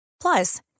Plus